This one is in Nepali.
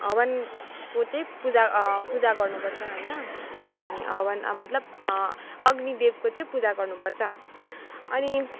हवनको चाहिँ पुजा पुजा गर्नु पर्छ होइन अनि हवन मतलब अग्निदेवको चाहिँ पुजा गर्नुपर्छ अनि